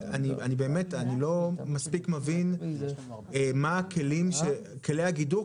אני לא מספיק מבין מה כלי הגידור.